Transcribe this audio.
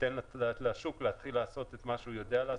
ניתן לשוק להתחיל לעשות את מה שהוא יודע לעשות.